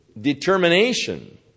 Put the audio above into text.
determination